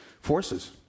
forces